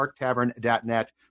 parktavern.net